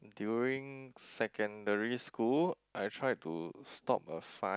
during secondary school I tried to stop a fight